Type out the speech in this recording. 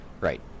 Right